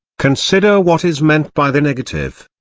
consider what is meant by the negative.